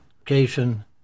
Location